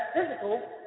physical